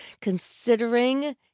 considering